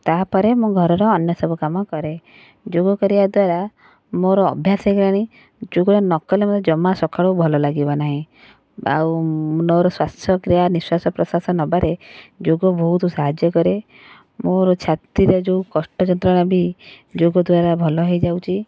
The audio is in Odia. ତା'ପରେ ମୁଁ ଘରର ଅନ୍ୟସବୁ କାମ କରେ ଯୋଗ କରିବା ଦ୍ଵାରା ମୋର ଅଭ୍ୟାସ ହେଇଗଲାଣି ଯୋଗ ନକଲେ ମୋତେ ଜମା ସକାଳୁ ଭଲ ଲାଗିବ ନାହିଁ ଆଉ ମୋର ଶ୍ଵାସକ୍ରିୟା ନିଶ୍ଵାସ ପ୍ରଶ୍ଵାସ ନେବାରେ ଯୋଗ ବହୁତ ସାହାଯ୍ୟ କରେ ମୋର ଛାତିରେ ଯେଉଁ କଷ୍ଟ ଯନ୍ତ୍ରଣା ବି ଯୋଗ ଦ୍ଵାରା ଭଲ ହେଇଯାଉଛି